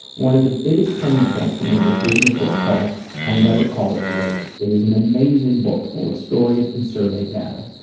one of the biggest turning points for me was reading a book called i never called it rape. it is an amazing book full of stories and survey data.